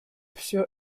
все